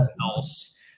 else